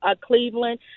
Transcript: Cleveland